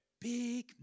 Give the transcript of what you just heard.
big